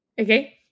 Okay